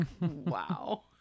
Wow